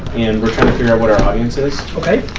and we're trying to figure out what our audience is? okay.